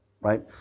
Right